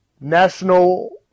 national